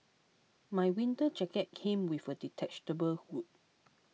my winter jacket came with a detachable hood